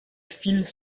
files